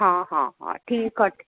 हा हा हा ठीकु आहे